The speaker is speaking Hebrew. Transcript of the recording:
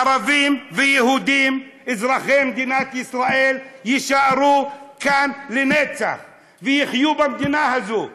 ערבים ויהודים אזרחי מדינת ישראל יישארו כאן לנצח ויחיו במדינה הזאת.